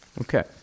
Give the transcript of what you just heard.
Okay